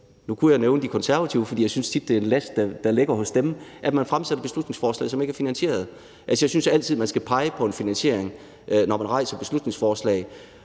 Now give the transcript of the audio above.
Nu kunne jeg nævne De Konservative, for jeg synes tit, at det er en last, der ligger hos dem: at man fremsætter beslutningsforslag, som ikke er finansieret. Jeg synes altid, man skal pege på en finansiering, når man fremsætter beslutningsforslag.